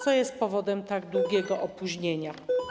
Co jest powodem tak długiego opóźnienia?